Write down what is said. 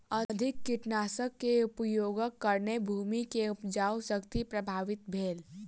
अधिक कीटनाशक के उपयोगक कारणेँ भूमि के उपजाऊ शक्ति प्रभावित भेल